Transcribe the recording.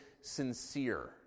sincere